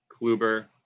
Kluber